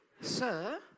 Sir